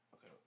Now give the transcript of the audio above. Okay